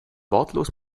wortlos